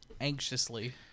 anxiously